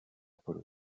polo